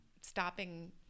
stopping